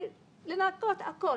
לנקות, הכול.